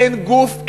אין גוף,